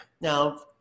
Now